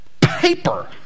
paper